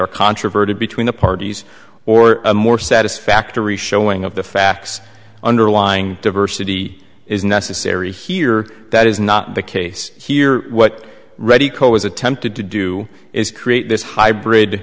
are controverted between the parties or a more satisfactory showing of the facts underlying diversity is necessary here that is not the case here what reddy co was attempted to do is create this hybrid